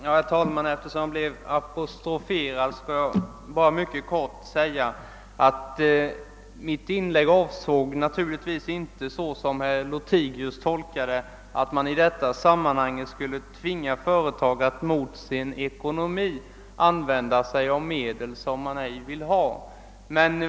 Herr talman! Eftersom jag blev apostroferad skall jag bara mycket kort säga att mitt inlägg naturligtvis inte avsåg, såsom herr Lothigius tolkade det, att man skulle tvinga företag att mot deras ekonomiska intressen använda transportmedel som de inte vill ha.